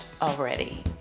already